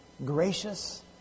Gracious